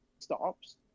stops